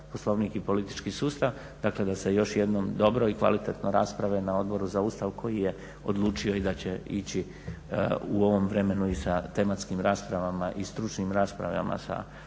Poslovnik i politički sustav. Dakle, da se još jednom dobro i kvalitetno rasprave na Odboru za Ustav koji je odlučio i da će ići u ovom vremenu i sa tematskim raspravama i stručnim raspravama sa